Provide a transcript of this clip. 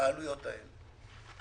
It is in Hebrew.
בעלויות האלה.